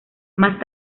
más